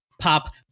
Pop